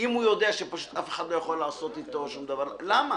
אם הוא יודע שפשוט אף אחד לא יכול לעשות אתו שום דבר - למה?